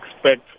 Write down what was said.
expect